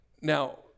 now